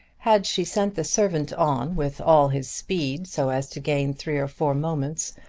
had she sent the servant on with all his speed, so as to gain three or four moments,